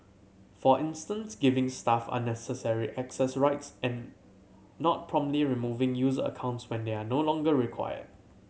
for instance giving staff unnecessary access rights and not promptly removing user accounts when they are no longer required